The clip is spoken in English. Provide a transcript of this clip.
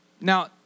Now